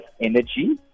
energy